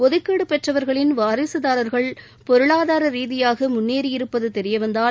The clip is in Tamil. ஒதுக்கீடு பெற்றவர்களின் வாரிசுதாரர்கள் பொருளாதார ரீதியாக முன்னேறியிருப்பது தெரியவந்தால்